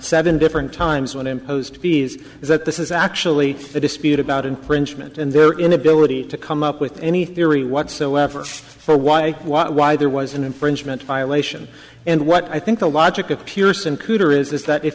seven different times when imposed fees that this is actually a dispute about infringement and their inability to come up with any theory whatsoever for why why there was an infringement violation and what i think the logic of